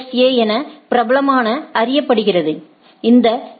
எ என பிரபலமாக அறியப்படுகிறது இந்த எல்